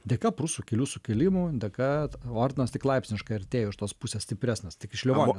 dėka prūsų kelių sukilimų dėka ordinas tik laipsniškai artėjo iš tos pusės stipresnis tik iš lietuvos